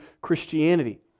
Christianity